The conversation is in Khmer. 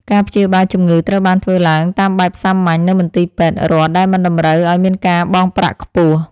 ការព្យាបាលជំងឺត្រូវបានធ្វើឡើងតាមបែបសាមញ្ញនៅមន្ទីរពេទ្យរដ្ឋដែលមិនតម្រូវឱ្យមានការបង់ប្រាក់ខ្ពស់។